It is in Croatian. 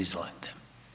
Izvolite.